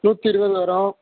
நூற்றி இருபது வரும்